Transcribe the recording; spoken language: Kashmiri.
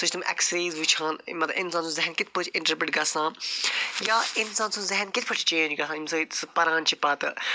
سُہ چھِ تِم اٮ۪کٕس ریز وٕچھان مطلب اِنسان سُنٛد ذہن کِتھ پٲٹھۍ چھِ اِنٹَرپِرٛٹ گژھان یا انسان سُنٛد ذہن کِتھ پٲٹھۍ چھِ چینٛج گژھان ییٚمہِ سۭتۍ سُہ پران چھِ پتہٕ